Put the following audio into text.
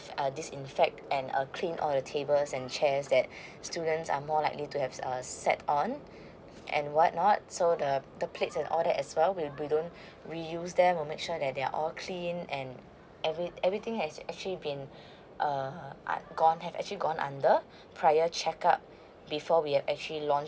uh disinfect and err clean all the tables and chairs that students are more likely to have err set on and what not so the the plates and all that as well with we don't really use them to make sure that they're all clean and every~ everything has actually been uh gone have actually gone under prior check up before we have actually launch